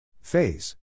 Phase